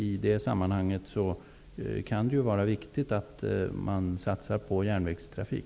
I det sammanhanget kan det vara viktigt att satsa på järnvägstrafik.